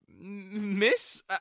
miss